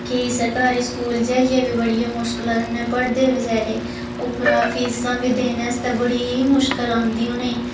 केईं सरकारी स्कूल जाइयै बी बड़ियै मुश्कला कन्नै पढ़दे बचारे उप्परा फीसां बी देने आस्तै बड़ी मुश्कल औंदी उनेंई